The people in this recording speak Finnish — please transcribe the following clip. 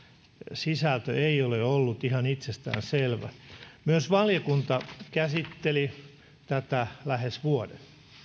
sisältö ei ole ollut ihan itsestään selvä myös valiokunta käsitteli tätä lähes vuoden